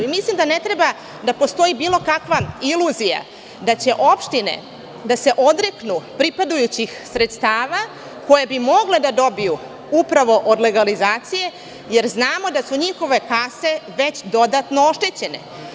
Mislim da ne treba da postoji bilo kakva iluzija da će opštine da se odreknu pripadajućih sredstava koje bi mogle da dobiju upravo od legalizacije, jer znamo da su njihove kase već dodatno oštećene.